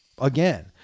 again